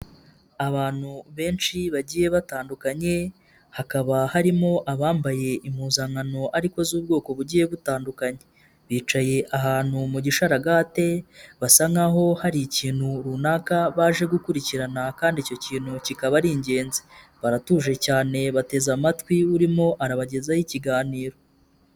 Abantu benshi bagiye batandukanye hakaba harimo abambaye impuzankano ariko z'ubwoko bugiye butandukanye, bicaye ahantu mu gishararagate basa nk'aho hari ikintu runaka baje gukurikirana kandi icyo kintu kikaba ari ingenzi, baratuje cyane bateze amatwi urimo arabagezaho ikiganiro.